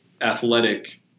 athletic